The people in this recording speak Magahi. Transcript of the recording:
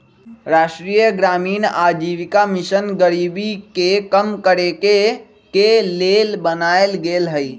राष्ट्रीय ग्रामीण आजीविका मिशन गरीबी के कम करेके के लेल बनाएल गेल हइ